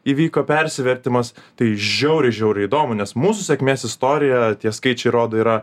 įvyko persivertimas tai žiauriai žiauriai įdomu nes mūsų sėkmės istorija tie skaičiai rodo yra